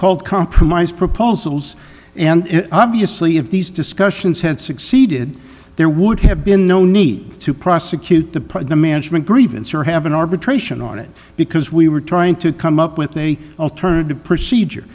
called compromise proposals and obviously if these discussions had succeeded there would have been no need to prosecute the program management grievance or have an arbitration on it because we were trying to come up with a alternative procedure